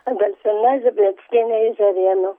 adolfina zibleckienė iš žarėnų